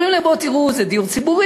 אומרים להם: בואו, תראו, זה דיור ציבורי.